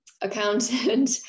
accountant